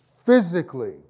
physically